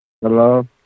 Hello